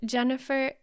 Jennifer